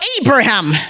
Abraham